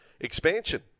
Expansion